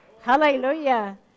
Hallelujah